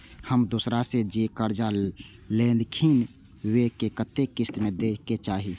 हम दोसरा से जे कर्जा लेलखिन वे के कतेक किस्त में दे के चाही?